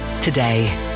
today